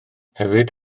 hefyd